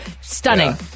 stunning